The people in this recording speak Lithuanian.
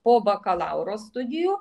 po bakalauro studijų